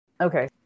Okay